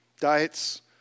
Diets